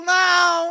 now